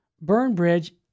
Burnbridge